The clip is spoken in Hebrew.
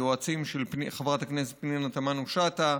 היועצים של חברת הכנסת פנינה תמנו-שטה,